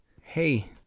Hey